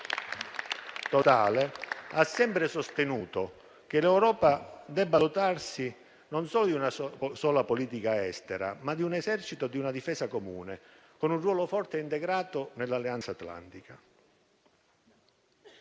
totale, ha sempre sostenuto che l'Europa dovrebbe dotarsi non solo di una sola politica estera, ma di un esercito e di una difesa comune, con un ruolo forte e integrato nell'Alleanza atlantica.